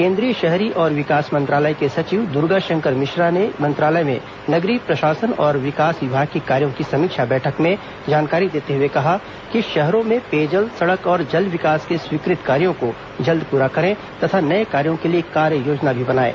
केंद्रीय शहरी और विकास मंत्रालय के सचिव द्र्गा शंकर मिश्रा ने मंत्रालय में नगरीय प्रशासन और विकास विभाग के कार्यो की समीक्षा बैठक में जानकारी देते हुए कहा कि शहरों में पेयजल सड़क और जल विकास के स्वीकृत कार्यों को जल्द पूरा करें तथा नए कार्यो के लिए कार्ययोजना भी बनाएं